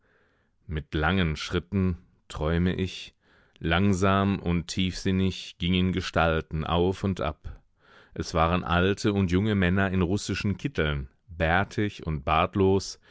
mit langen schritten träume ich langsam und tiefsinnig gingen gestalten auf und ab es waren alte und junge männer in russischen kitteln bärtig und bartlos